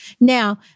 Now